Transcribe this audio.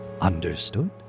understood